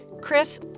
Chris